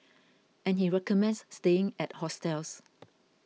and he recommends staying at hostels